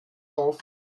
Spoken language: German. auf